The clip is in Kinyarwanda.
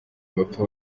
bapfa